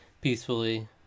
peacefully